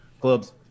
clubs